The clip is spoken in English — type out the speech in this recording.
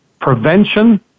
prevention